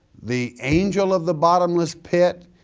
the angel of the bottomless pit,